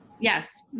Yes